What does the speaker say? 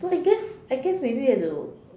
so I guess I guess maybe you have to